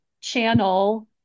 channel